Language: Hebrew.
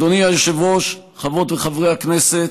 אדוני היושב-ראש, חברות וחברי הכנסת,